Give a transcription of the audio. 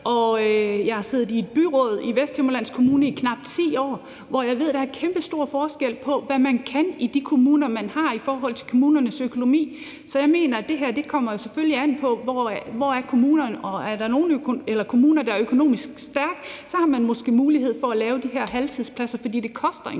jeg har siddet i byrådet i Vesthimmerlands Kommune i knap 10 år, og jeg ved, at der er kæmpestor forskel på, hvad man kan i kommunerne i forhold til deres økonomi. Så jeg mener, at det her selvfølgelig kommer an på, hvor kommunerne er. Er det nogle kommuner, der står økonomisk stærkt, har man måske mulighed for at lave de her halvtidspladser, for det koster for